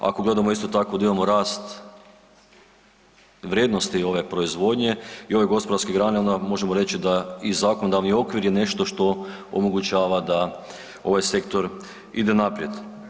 Ako gledamo isto tako da imamo rast vrijednosti ove proizvodnje i ove gospodarske grane onda možemo reći da i zakonodavni okvir je nešto što omogućava da ovaj sektor ide naprijed.